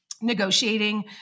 negotiating